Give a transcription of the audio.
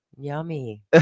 Yummy